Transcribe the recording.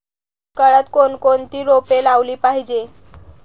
दुष्काळात कोणकोणती रोपे लावली पाहिजे?